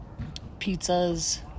pizzas